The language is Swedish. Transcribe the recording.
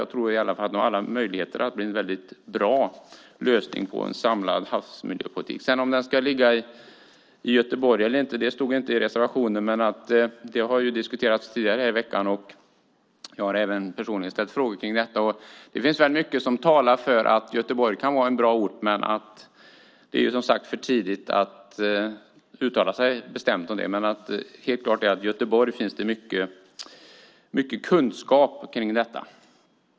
Jag tror att den har alla möjligheter att bli en väldigt bra lösning på en samlad havsmiljöpolitik. Om myndigheten ska ligga i Göteborg eller inte står inte i reservationen. Det har diskuterats tidigare i veckan, och jag har personligen ställt frågor om detta. Det finns mycket som talar för att Göteborg kan vara en bra ort, men det är för tidigt att uttala sig bestämt om det. Men helt klart är att det i Göteborg finns mycket kunskap kring detta.